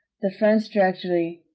the french directory,